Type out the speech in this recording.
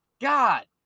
God